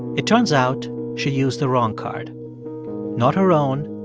it turns out, she used the wrong card not her own,